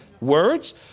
words